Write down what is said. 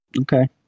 Okay